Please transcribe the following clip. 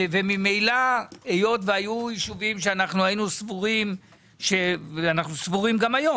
היות והיו יישובים שסברנו אז ואנחנו סבורים גם היום,